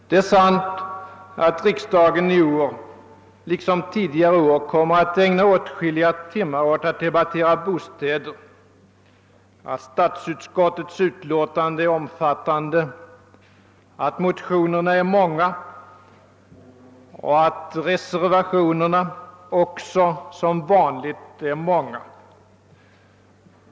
Det är sant att riksdagen i år liksom tidigare år kommer att ägna åtskilliga timmar åt att debattera bostäder, att statsutskottets utlåtande är omfattande, att motionerna är många och att reservationerna också som vanligt är många.